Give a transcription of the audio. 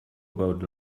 about